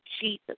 Jesus